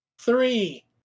three